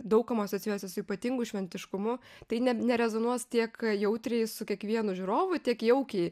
daug kam asocijuojasi su ypatingu šventiškumu tai ne nerezonuos tiek jautriai su kiekvienu žiūrovu tiek jaukiai